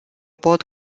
pot